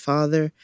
Father